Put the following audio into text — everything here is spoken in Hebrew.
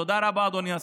תודה רבה, אדוני השר.